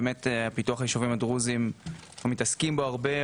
באמת פיתוח היישובים הדרוזים זה דבר שאנחנו מתעסקים בו הרבה,